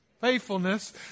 faithfulness